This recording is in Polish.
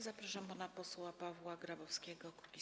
Zapraszam pana posła Pawła Grabowskiego, Kukiz’15.